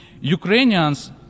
Ukrainians